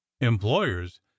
Employers